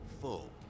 full